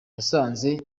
yasanze